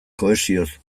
kohesioz